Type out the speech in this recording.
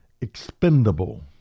Expendable